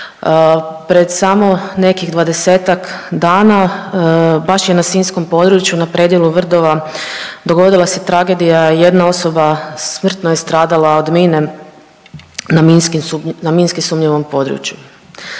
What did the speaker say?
Pred samo nekih dvadesetak dana baš je na sinjskom području na predjelu Vrdova, dogodila se tragedija, jedna osoba smrtno je stradala od mine na minski, na minski sumnjivom području.